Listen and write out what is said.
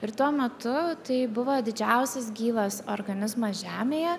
ir tuo metu tai buvo didžiausias gyvas organizmas žemėje